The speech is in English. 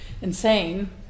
insane